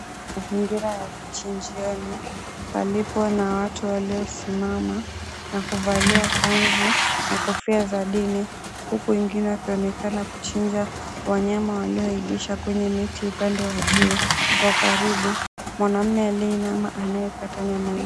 Mazingira ya kichinjioni palipo na watu waliosimama na kuvalia kanzu na kofia za dini, huku wengine wakionekana kuchinja wanyama waliogeshwa kwenye miti upande wa juu. Kwa ukaribu, mwanaume aliyeinama anayekata nyama hio.